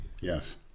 Yes